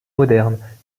modernes